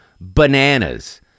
bananas